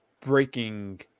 breaking